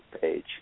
page